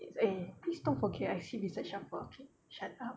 it's eh please don't forget I sit beside shafwa okay shut up